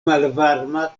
malvarma